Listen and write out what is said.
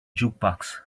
jukebox